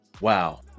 Wow